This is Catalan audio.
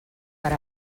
per